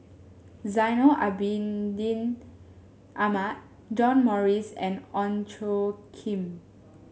Zainal Abidin Ahmad John Morrice and Ong Tjoe Kim